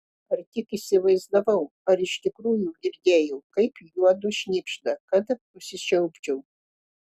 ar tik įsivaizdavau ar iš tikrųjų girdėjau kaip juodu šnibžda kad užsičiaupčiau